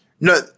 No